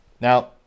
Now